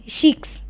Shiks